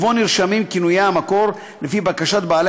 ובו נרשמים כינויי המקור לפי בקשת בעלי